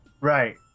right